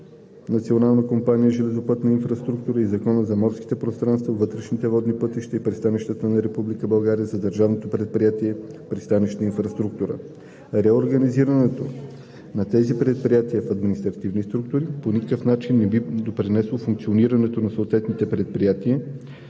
Националната компания „Железопътна инфраструктура“ и Законът за морските пространства, вътрешните водни пътища и пристанищата на Република България за Държавното предприятие „Пристанищна инфраструктура“. Реорганизирането на тези предприятия в административни структури по никакъв начин не би подобрило функционирането на съответното предприятие,